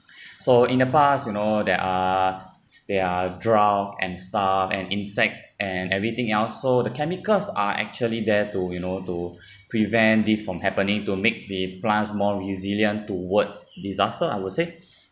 so in the past you know there are there are drought and stuff and insects and everything else so the chemicals are actually there to you know to prevent this from happening to make the plants more resilient towards disaster I would say